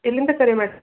ಎಲ್ಲಿಂದ ಕರೆ ಮಾಡ್